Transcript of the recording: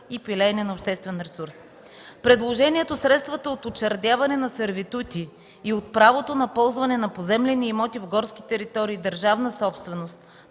и пилеене на обществен ресурс. Предложението средствата от учредяване на сервитути и от правото на ползване на поземлени имоти в горски територии – държавна собственост,